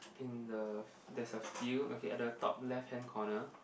in the there's a field okay at the top left hand corner